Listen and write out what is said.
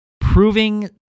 proving